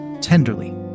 tenderly